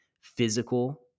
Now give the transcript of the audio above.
physical